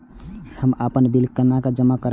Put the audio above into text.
हम अपन बिल केना जमा करब?